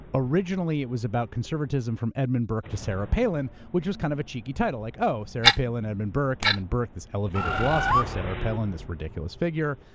originally it was about conservatism from edmund burke to sarah palin, which was kind of a cheeky title. like oh, sarah palin, edmund burke, edmund burke, this elevated philosopher, sarah palin this ridiculous figure,